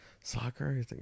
soccer